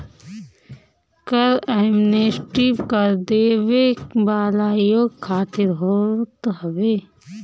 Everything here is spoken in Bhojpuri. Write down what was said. कर एमनेस्टी कर देवे वाला लोग खातिर होत हवे